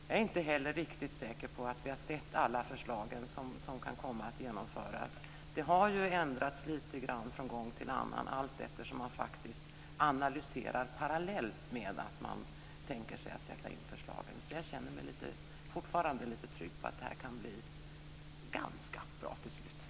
Jag är heller inte riktigt säker på att vi har sett alla förslag som kan komma att genomföras. Det har ju ändrats lite grann från gång till annan, allteftersom man faktiskt analyserar parallellt med att man tänker sig att sätta in förslagen. Jag känner mig alltså fortfarande lite trygg om att det här kan bli ganska bra till slut.